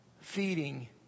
feeding